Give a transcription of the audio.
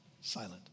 silent